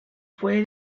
fue